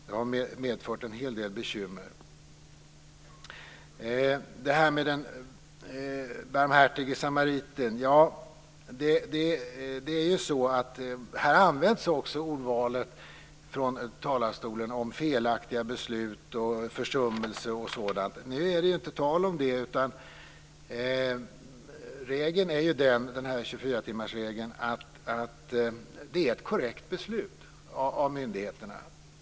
Det har medfört en hel del bekymmer. Så till det här med den barmhärtige samariten. Från talarstolen används ordvalet "felaktiga beslut" och "försummelse". Nu är det inte tal om det. 24 timmarsregeln är ju den att det är ett korrekt beslut av myndigheterna.